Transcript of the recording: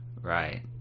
Right